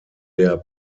der